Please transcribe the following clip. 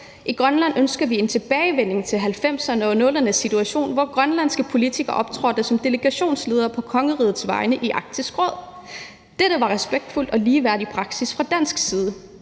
I Grønland ønsker vi en tilbagevenden til situationen i 1990'erne og 00'erne, hvor grønlandske politikere optrådte som delegationsledere på kongerigets vegne i Arktisk Råd. Dette var en respektfuld og ligeværdig praksis fra dansk side.